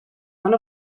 one